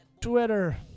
Twitter